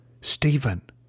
Stephen